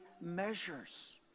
measures